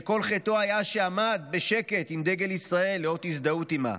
שכל חטאו היה שעמד בשקט עם דגל ישראל לאות הזדהות עימה.